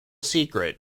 secret